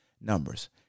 numbers